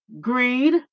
greed